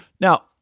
Now